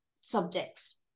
subjects